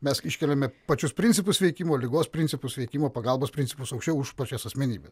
mes iškeliame pačius principus veikimo ligos principus veikimo pagalbos principus aukščiau už pačias asmenybes